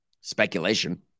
Speculation